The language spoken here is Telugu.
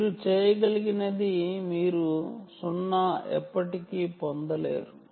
మీరు చేయగలిగినది మీరు 0 ఎప్పటికీ పొందలేరు